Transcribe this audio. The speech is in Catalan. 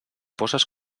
poses